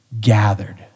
gathered